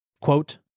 Quote